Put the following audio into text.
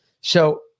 So-